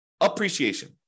appreciation